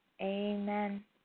Amen